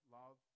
love